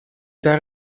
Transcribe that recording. daar